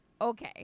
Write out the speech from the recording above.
Okay